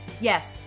Yes